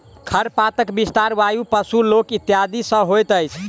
खरपातक विस्तार वायु, पशु, लोक इत्यादि सॅ होइत अछि